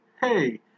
hey